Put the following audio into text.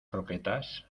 croquetas